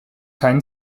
keinen